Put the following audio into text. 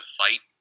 fight